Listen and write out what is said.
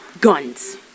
guns